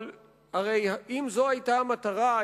אבל אם זו היתה המטרה,